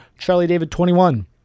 charliedavid21